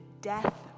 death